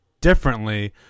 differently